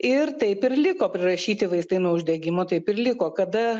ir taip ir liko prirašyti vaistai nuo uždegimo taip ir liko kada